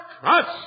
trust